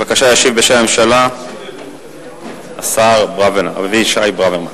בבקשה, ישיב בשם הממשלה השר אבישי ברוורמן.